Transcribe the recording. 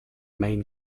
main